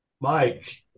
Mike